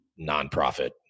nonprofit